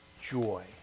joy